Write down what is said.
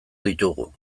ditugu